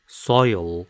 soil